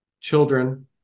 children